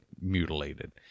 mutilated